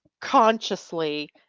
consciously